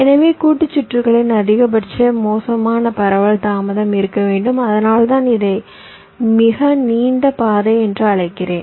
எனவே கூட்டுச் சுற்றுகளின் அதிகபட்ச மோசமான பரவல் தாமதம் இருக்க வேண்டும் அதனால்தான் இதை மிக நீண்ட பாதை என்று அழைக்கிறேன்